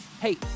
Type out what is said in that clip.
Hey